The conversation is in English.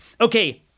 okay